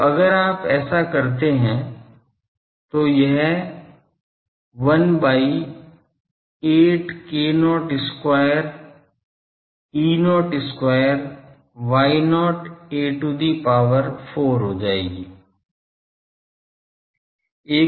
तो अगर आप ऐसा करते हैं तो यह 1 by 8 k0 square E0 square Y0 a to the power 4 हो जाएगा